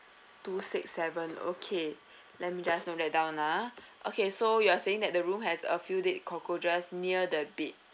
two six seven okay let me just note that down ah okay so you are saying that the room has a few dead cockroaches near the bed